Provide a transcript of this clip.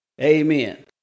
Amen